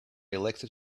elected